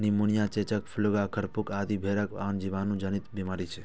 pneumonia, चेचक, plague, खुरपका आदि भेड़क आन जीवाणु जनित बीमारी छियै